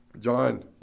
John